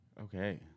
Okay